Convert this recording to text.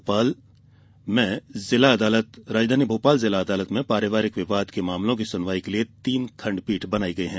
भोपाल जिला अदालत में पारिवारिक विवाद के मामलों की सुनवाई के लिए तीन खंडपीठ बनाई गई है